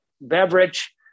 beverage